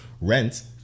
rent